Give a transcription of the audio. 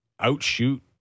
outshoot